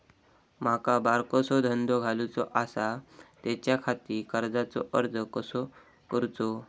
माका बारकोसो धंदो घालुचो आसा त्याच्याखाती कर्जाचो अर्ज कसो करूचो?